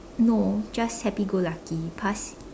no just happy go lucky pass